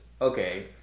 Okay